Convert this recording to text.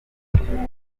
kwifatanya